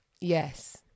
Yes